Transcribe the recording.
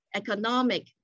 economic